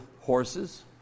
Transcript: horses